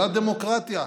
זו הדמוקרטיה.